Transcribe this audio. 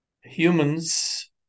humans